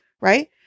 right